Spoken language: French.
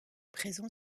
présent